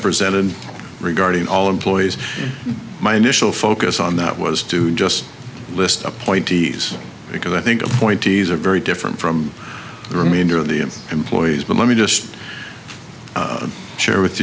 presented regarding all employees my initial focus on that was to just list appointees because i think appointees are very different from the remainder of the employees but let me just share with